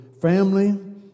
family